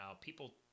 People